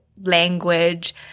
language